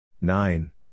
nine